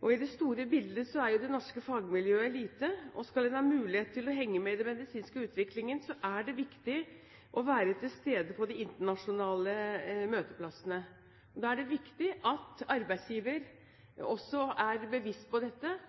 I det store bildet er det norske fagmiljøet lite. Skal en ha mulighet for å henge med i den medisinske utviklingen, er det viktig å være til stede på de internasjonale møteplassene. Da er det viktig at arbeidsgiver også er seg dette bevisst og setter av nødvendige midler, slik at dette